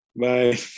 Bye